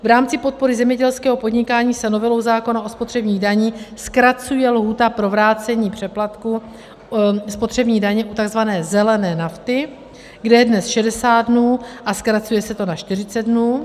V rámci podpory zemědělského podnikání se novelou zákona o spotřební dani zkracuje lhůta pro vrácení přeplatku spotřební daně u takzvané zelené nafty, kde je dnes 60 dnů a zkracuje se to na 40 dnů.